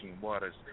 waters